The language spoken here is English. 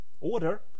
order